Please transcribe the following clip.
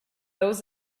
those